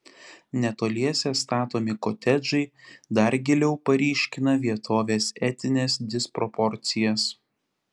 netoliese statomi kotedžai dar giliau paryškina vietovės etines disproporcijas